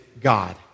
God